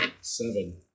Seven